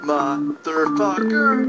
Motherfucker